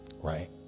Right